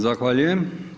Zahvaljujem.